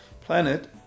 planet